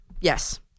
Yes